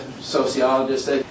sociologist